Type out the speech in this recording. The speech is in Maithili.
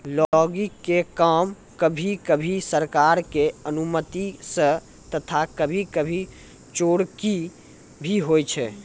लॉगिंग के काम कभी कभी सरकार के अनुमती सॅ तथा कभी कभी चोरकी भी होय छै